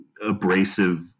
abrasive